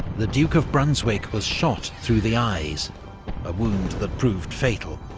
the duke of brunswick was shot through the eyes a wound that proved fatal.